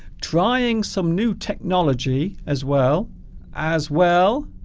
trying some new technology as well as well